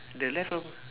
the left from